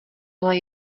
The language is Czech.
ale